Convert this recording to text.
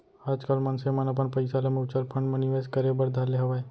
आजकल मनसे मन अपन पइसा ल म्युचुअल फंड म निवेस करे बर धर ले हवय